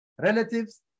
relatives